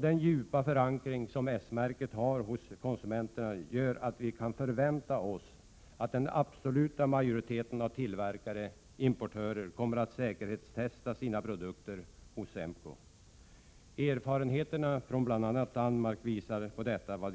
Den djupa förankring som S-märket har hos konsumenterna gör att vi kan förvänta oss att den absoluta majoriteten av tillverkare/importörer kommer att säkerhetstesta sina produkter hos SEMKO. Erfarenheterna från bl.a. Danmark visar detta.